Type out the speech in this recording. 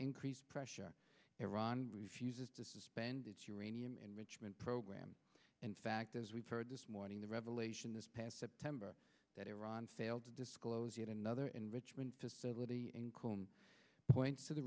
increased pressure iran refuses to suspend its uranium enrichment program in fact as we've heard this morning the revelation this past september that iran failed to disclose yet another enrichment facility in coleman points to the